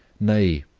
nay,